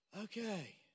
Okay